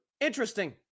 interesting